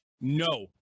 no